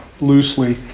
loosely